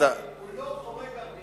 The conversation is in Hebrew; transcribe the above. הוא לא חורג הרבה